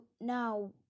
now